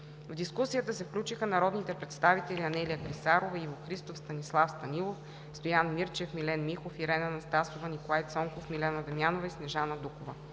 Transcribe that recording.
В дискусията се включиха народните представители Анелия Клисарова, Иво Христов, Станислав Станилов, Стоян Мирчев, Милен Михов, Ирена Анастасова, Николай Цонков, Милена Дамянова и Снежана Дукова.